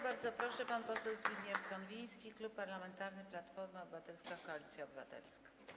Bardzo proszę, pan poseł Zbigniew Konwiński, Klub Parlamentarny Platforma Obywatelska - Koalicja Obywatelska.